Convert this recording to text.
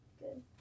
good